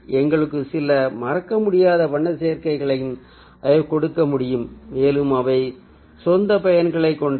எங்களுக்கு சில மறக்கமுடியாத வண்ண சேர்க்கைகளையும் அவை கொடுக்க முடியும் மேலும் அவை சொந்த பயன்களை கொண்டவை